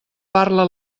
parla